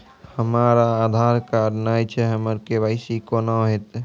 हमरा आधार कार्ड नई छै हमर के.वाई.सी कोना हैत?